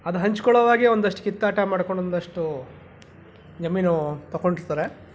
ಅದನ್ನ ಹಂಚ್ಕೊಳ್ಳೋವಾಗೇ ಒಂದಷ್ಟು ಕಿತ್ತಾಟ ಮಾಡ್ಕೊಂಡು ಒಂದಷ್ಟು ಜಮೀನು ತೊಗೊಂಡಿರ್ತಾರೆ